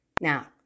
Now